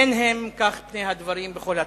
אין כך פני הדברים בכל התחומים.